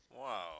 Wow